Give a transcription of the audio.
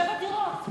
שבע דירות.